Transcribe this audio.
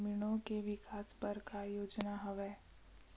ग्रामीणों के विकास बर का योजना हवय?